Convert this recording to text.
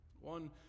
One